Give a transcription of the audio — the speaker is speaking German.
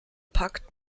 pakt